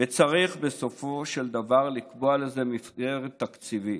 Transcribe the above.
וצריך בסופו של דבר לקבוע לזה מסגרות תקציבית.